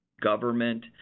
government